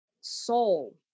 soul